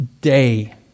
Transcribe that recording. day